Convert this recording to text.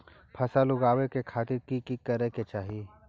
फसल उगाबै के खातिर की की करै के चाही?